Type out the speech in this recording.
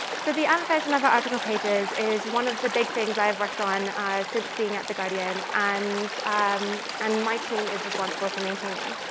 so the amp version of our article pages is one of the big things i have worked on since being at the guardian and um and my team is responsible for maintaining.